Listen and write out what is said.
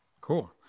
Cool